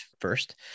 first